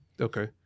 Okay